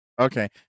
okay